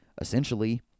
essentially